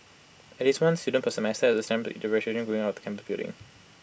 at least one student per semester has attempted to eat the vegetation growing out of campus building